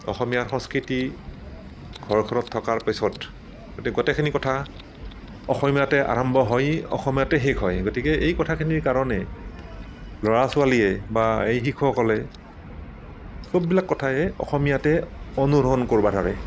অসমীয়া সংস্কৃতি ঘৰখনত থকাৰ পিছত গোটেইখিনি কথা অসমীয়াতে আৰম্ভ হয় অসমীয়াতে শেষ হয় গতিকে এই কথাখিনিৰ কাৰণে ল'ৰা ছোৱালীয়ে বা এই শিশুসকলে চববিলাক কথাই অসমীয়া অনুসৰণ কৰিব ধৰে